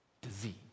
disease